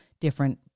different